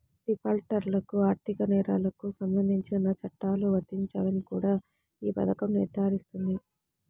డిఫాల్టర్లకు ఆర్థిక నేరాలకు సంబంధించిన చట్టాలు వర్తించవని కూడా ఈ పథకం నిర్ధారిస్తుంది